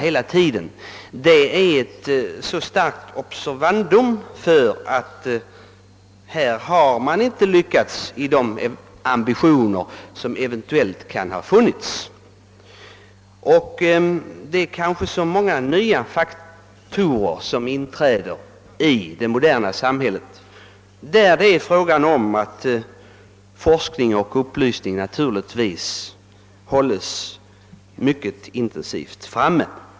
Detta är ett observandum som visar att man inte lyckats i sina ambitioner. Det är så många nya faktorer som påverkar människan i det moderna samhället, och forskningen och upplysningen måste därför vara mycket intensiv.